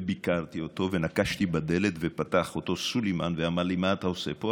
וביקרתי בו ונקשתי בדלת ופתח אותו סולימאן ואמר לי: מה אתה עושה פה?